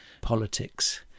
politics